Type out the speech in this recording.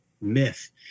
myth